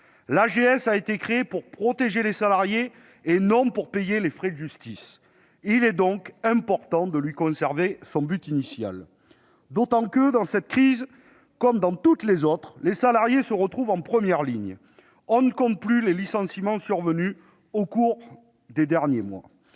L'AGS a été créée pour protéger les salariés, non pour payer les frais de justice : il est donc important de lui conserver son but initial, d'autant que, dans cette crise comme dans toutes les autres, les salariés se trouvent en première ligne. En outre, on ne compte plus les licenciements survenus au cours des derniers mois.